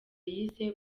yise